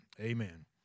Amen